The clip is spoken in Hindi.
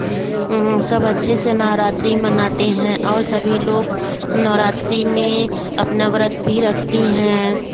सब अच्छे से नवरात्री मनाते हैं और सभी लोग नवरात्री में अपना व्रत भी रखती हैं